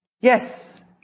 Yes